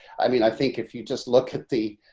i mean, i think if you just look at the,